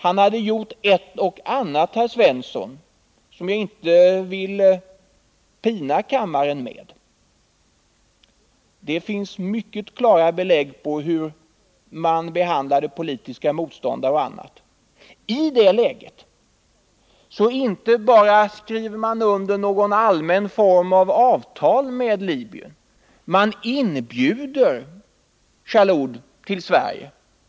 Han hade gjort ett och annat, Olle Svensson, som jag inte vill pina kammaren med — det finns mycket klara belägg för hur man t.ex. behandlade politiska motståndare. I det läget inte bara skriver man under ett avtal med Libyen, utan man inbjuder också Jalloud till Sverige.